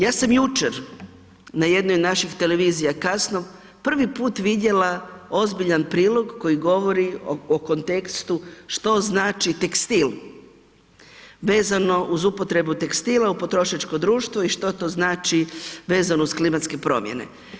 Ja sam jučer na jednoj našoj televizija kasno prvi put vidjela ozbiljan prilog koji govori o kontekstu što znači tekstil vezano uz upotrebu tekstila u potrošačko društvo i što to znači vezano uz klimatske promjene.